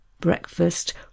breakfast